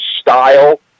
style